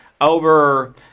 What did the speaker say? over